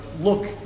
look